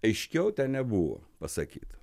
aiškiau ten nebuvo pasakyta